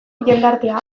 jendartea